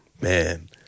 Man